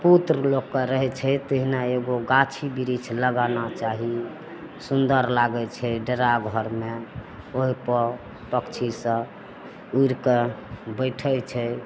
पुत्र लोकके रहै छै तहिना एगो गाछी बिरिछ लगाना चाही सुन्दर लागै छै डेरा घरमे ओहिपर पक्षीसब उड़िके बैठे छै